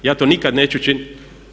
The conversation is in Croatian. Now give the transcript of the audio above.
Ja to nikad neću činiti.